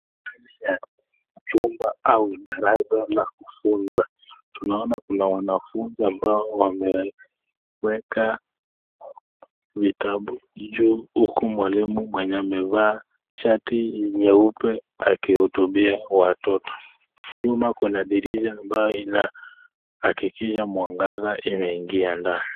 Chumba au darasa la kufunza. Tunaona kuna wanafunzi ambao wameweka vitabu juu huku mwalimu mwenye amevaa shati nyeupe akihutubia watoto. Nyuma kuna dirisha ambayo inahakikisha mwangaza imeingia ndani.